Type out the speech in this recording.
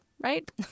right